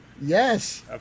Yes